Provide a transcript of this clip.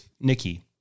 Nikki